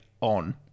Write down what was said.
on